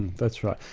that's right.